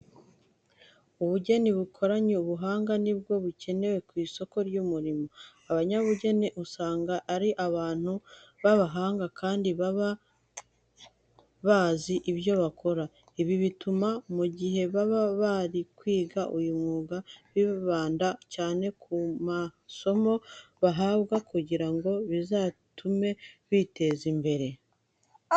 Ubugeni bukoranye ubuhanga ni bwo bukenewe ku isoko ry'umurimo. Abanyabugeni usanga ari abantu b'abahanga kandi baba bazi ibyo bakora. Ibi bituma mu gihe baba bari kwiga uyu mwuga bibanda cyane ku masomo bahabwa kugira ngo bizatume biteza imbere.